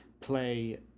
play